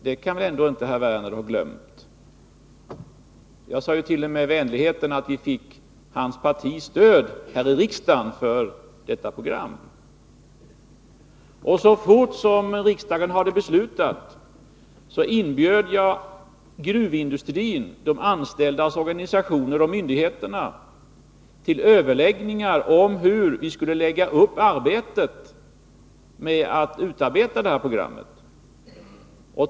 Det kan Lars Wernerinte ha glömt. Jag vart.o.m. vänlig nog att säga att vi fick hans partis stöd i riksdagen för detta förslag. Så fort som riksdagen hade beslutat, inbjöd jag gruvindustrin, de anställdas organisationer och myndigheterna till överläggningar om hur vi skulle lägga upp arbetet med att utarbeta det här programmet.